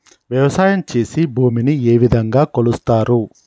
వ్యవసాయం చేసి భూమిని ఏ విధంగా కొలుస్తారు?